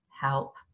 help